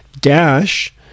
Dash